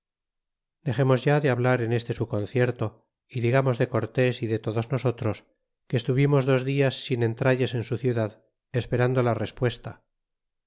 dexemos ya de hablar en este su concierto y digamos de cortes y de todos nosotros que estuvimos dos dias sin entralles en su ciudad esperando la respuesta